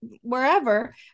wherever